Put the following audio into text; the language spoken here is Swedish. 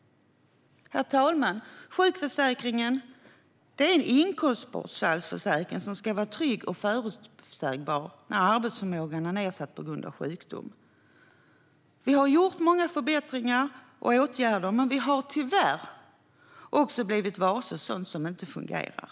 Herr talman! Sjukförsäkringen är en inkomstbortfallsförsäkring som ska vara trygg och förutsägbar när arbetsförmågan är nedsatt på grund av sjukdom. Vi har gjort många förbättringar och vidtagit många åtgärder, men vi har tyvärr också blivit varse sådant som inte fungerar.